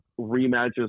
rematches